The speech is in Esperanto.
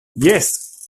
jes